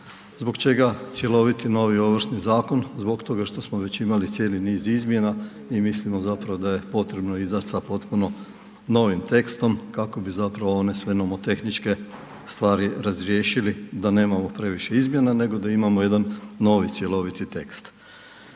Zbog čega cjeloviti novi ovršni zakon? Zbog toga što smo već imali cijeli niz izmjena i mislimo da je potrebno izaći sa potpuno novim tekstom kako bi sve one nomotehničke stvari razriješili da nemamo previše izmjena nego da imamo jedan novi cjeloviti tekst.